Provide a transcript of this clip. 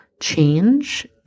change